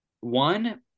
One